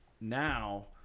now